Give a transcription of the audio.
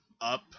up